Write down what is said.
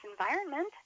environment